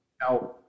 Now